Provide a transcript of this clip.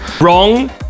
Wrong